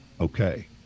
okay